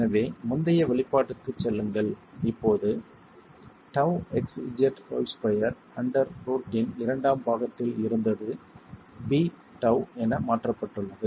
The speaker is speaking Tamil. எனவே முந்தைய வெளிப்பாடுக்குச் செல்லுங்கள் இப்போது τxz2 அண்டர் ரூட்டின் இரண்டாம் பாகத்தில் இருந்தது bτ என மாற்றப்பட்டுள்ளது